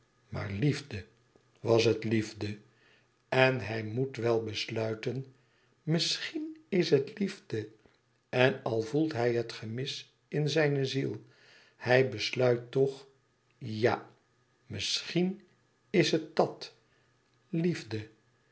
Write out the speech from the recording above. maar liefde was het liefde en hij moet wel besluiten misschien is het liefde en al voelt hij het gemis in zijne ziel hij besluit toch ja misschien is het dat liefde